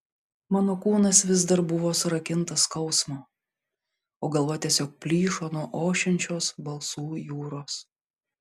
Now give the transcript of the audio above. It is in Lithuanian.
mano kūnas vis dar buvo surakintas skausmo o galva tiesiog plyšo nuo ošiančios balsų jūros